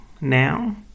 now